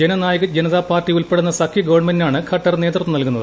Jannayak Janta party ഉൾപ്പെടുന്ന സഖ്യ ഗവൺമെന്റിനാണ് ഖട്ടർ നേതൃത്വം നൽകുന്നത്